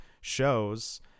shows